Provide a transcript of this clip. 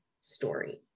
story